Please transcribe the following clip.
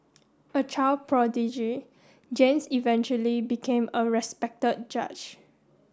a child prodigy James eventually became a respected judge